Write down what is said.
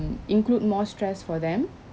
include more stress for them